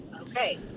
okay